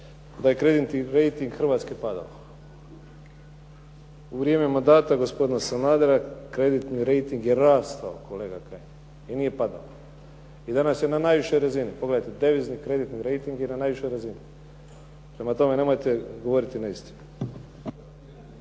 da je kreditni rejting Hrvatske padao. U vrijeme mandata gospodina Sanadera kreditni rejting je rastao kolega Kajin i nije padao. I danas je na najvišoj razini. Pogledajte, devizni kreditni rejting je na najvišoj razini. Prema tome nemojte govoriti neistinu.